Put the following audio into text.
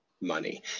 money